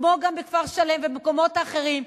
כמו גם בכפר-שלם ובמקומות האחרים,